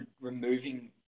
removing